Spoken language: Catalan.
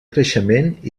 creixement